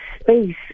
space